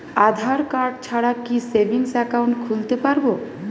আধারকার্ড ছাড়া কি savings account খুলতে পারব?